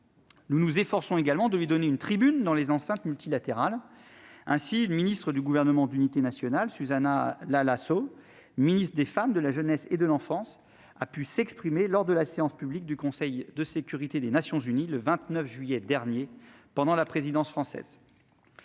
Nous nous efforçons également de lui donner une tribune dans les enceintes multilatérales. Ainsi, Susanna Hla Hla Soe, ministre des femmes, de la jeunesse et de l'enfance, a pu s'exprimer lors de la séance publique du Conseil de sécurité des Nations unies, le 29 juillet dernier, pendant la présidence française.